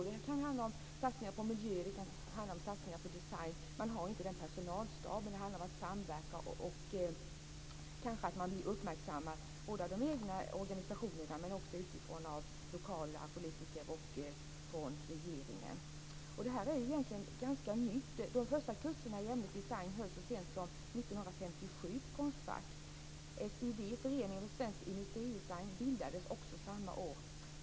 Det kan handla om satsningar på miljö eller på design. Man har inte den personalstaben. Det handlar om samverkan och kanske om att man blir uppmärksammad av de egna organisationerna och utifrån, av lokala politiker och från regeringens sida. Det här är egentligen ganska nytt. De första kurserna i ämnet design hölls så sent som 1957 på Konstfack. SID, en förening för svensk industridesign, bildades samma år.